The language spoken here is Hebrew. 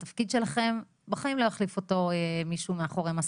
התפקיד שלכם החיים לא יחליף אותו מישהו מאחורי מסך.